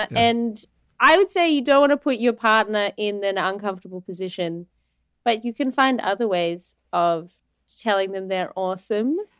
and i would say you don't want to put your partner in an ah uncomfortable position but you can find other ways of telling them they're awesome